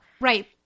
right